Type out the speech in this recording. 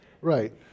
Right